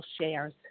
shares